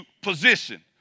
position